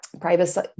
Privacy